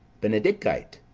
benedicite!